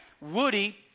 Woody